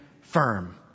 firm